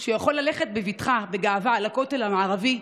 שהוא יכול ללכת בבטחה ובגאווה לכותל המערבי,